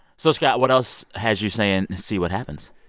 so, scott, what else has you saying, see what happens?